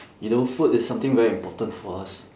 you know food is something very important for us